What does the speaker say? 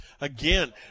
Again